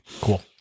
Cool